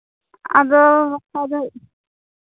ᱟᱫᱚ ᱜᱟᱯᱟ ᱫᱚ